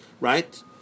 right